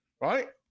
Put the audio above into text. right